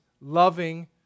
loving